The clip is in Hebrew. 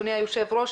אדוני היושב ראש,